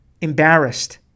embarrassed